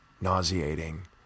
nauseating